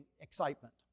excitement